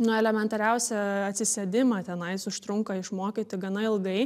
na elementariausią atsisėdimą tenais užtrunka išmokyti gana ilgai